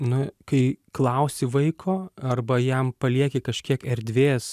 na kai klausi vaiko arba jam palieki kažkiek erdvės